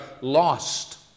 lost